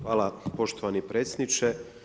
Hvala poštovani predsjedniče.